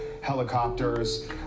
helicopters